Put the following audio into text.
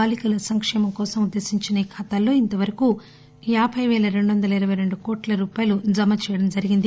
బాలీకల సంకేమం కోసం ఉద్దేశించిన ఈ ఖాతాల్లో ఇంతవరకు యాబై పేల రెండు వందల ఇరవై రెండు కోట్ల రూపాయలు తాము చెయ్యడం జరిగింది